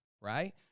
right